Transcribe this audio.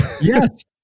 Yes